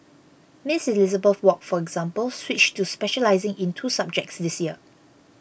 Miss Elizabeth Wok for example switched to specialising in two subjects this year